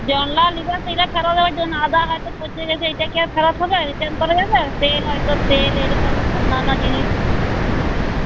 জানলা লিগা সেইটা খারাপ হওয়ার জন্য আদা হয়তো পচে গেছে এইটা কি আর ফেরত হবে রিটার্ন করা যাবে তেল হয়তো তেল এই রকম অন্যান্য জিনিস